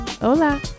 Hola